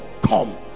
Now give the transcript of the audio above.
come